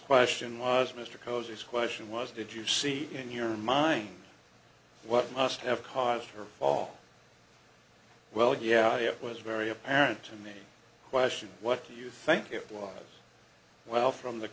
question was mr cozies question was did you see in your mind what must have caused her fall well yeah it was very apparent to me question what do you think it was well from the